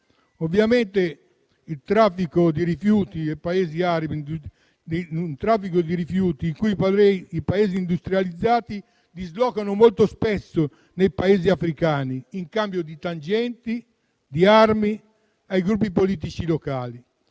di un traffico di rifiuti che i Paesi industrializzati dislocano molto spesso nei Paesi africani in cambio di tangenti e armi ai gruppi politici locali.